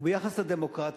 וביחס לדמוקרטיה,